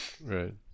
Right